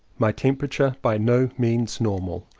my temperature by no means normal.